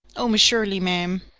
oh, miss shirley, ma'am,